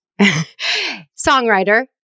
Songwriter